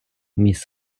міс